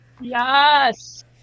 Yes